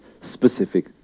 specific